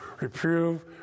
Reprove